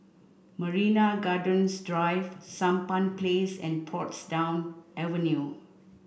Marina Gardens Drive Sampan Place and Portsdown Avenue